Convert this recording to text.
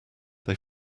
they